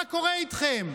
מה קורה איתכם?